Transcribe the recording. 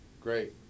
great